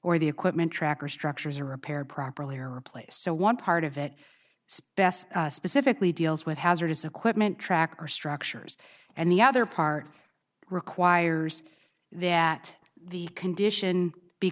or the equipment track or structures are repaired properly or replaced so one part of it spece specifically deals with hazardous equipment tractor structures and the other part requires that the condition be